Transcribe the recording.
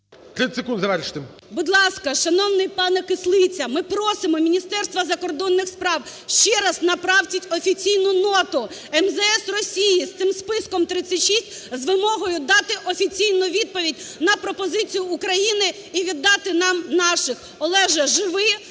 Будь ласка, шановний пане Кислиця, ми просимо Міністерство закордонних справ: ще раз направте офіційну ноту МЗС Росії з цим "списком 36" з вимогою дати офіційну відповідь на пропозицію Україну і віддати нам наших. Олеже, живи!